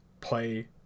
play